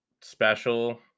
special